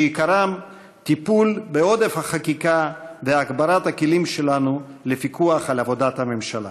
שעיקרם טיפול בעודף החקיקה והגברת הכלים שלנו לפיקוח על עבודת הממשלה.